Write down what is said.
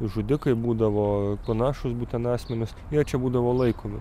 žudikai būdavo panašūs būtent asmenys jie čia būdavo laikomi